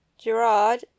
Gerard